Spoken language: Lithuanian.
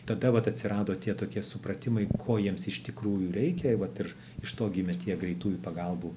tada vat atsirado tie tokie supratimai ko jiems iš tikrųjų reikia vat ir iš to gimė tie greitųjų pagalbų